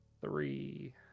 Three